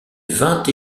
vingt